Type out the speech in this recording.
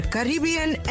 Caribbean